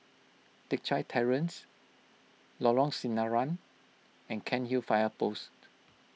Teck Chye Terrace Lorong Sinaran and Cairnhill Fire Post